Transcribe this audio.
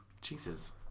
Jesus